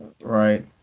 Right